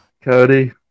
Cody